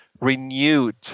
renewed